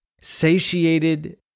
satiated